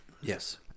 yes